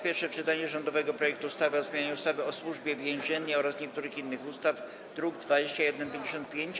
Pierwsze czytanie rządowego projektu ustawy o zmianie ustawy o Służbie Więziennej oraz niektórych innych ustaw, druk nr 2155,